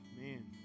Man